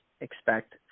expect